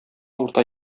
урта